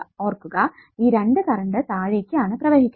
ഓർക്കുക ഈ രണ്ടു കറണ്ട് താഴേക്ക് ആണ് പ്രവഹിക്കുന്നത്